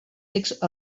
text